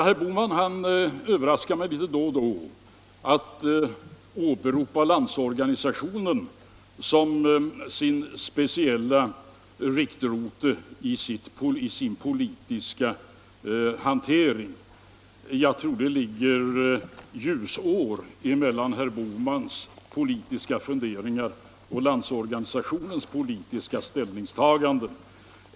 Herr Bohman överraskar mig då och då genom att åberopa Landsorganisationen som en speciell riktrote i sin politiska hantering. Jag tror att det ligger ljusår mellan herr Bohmans politiska funderingar och Landsorganisationens politiska ställningstaganden.